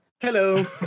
Hello